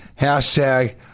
Hashtag